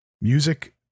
Music